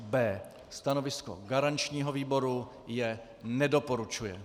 B. Stanovisko garančního výboru je nedoporučuje.